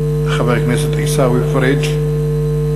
חבר הכנסת עיסאווי פריג'.